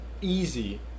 easy